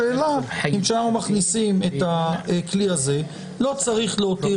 השאלה אם כשאנחנו מכניסים את הכלי הזה לא צריך להותיר